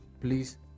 please